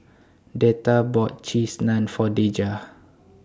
Deetta bought Cheese Naan For Dejah